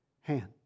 hand